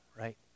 right